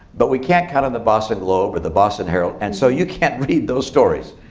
but we can't count on the boston globe, or the boston herald. and so you can't read those stories.